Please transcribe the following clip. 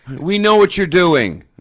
we know what you're doing.